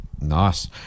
nice